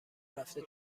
رفته